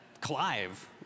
Clive